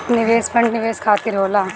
निवेश फंड निवेश खातिर होला